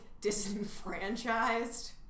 disenfranchised